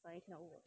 but it can't work